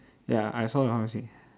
ya I saw the pharmacy